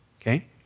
Okay